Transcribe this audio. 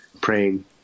praying